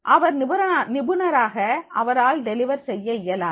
அவர் நிபுணராக அவரால் டெலிவர்செய்ய இயலாது